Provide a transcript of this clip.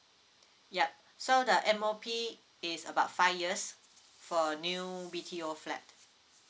yup so the M_O_P is about five years for new B_T_O flat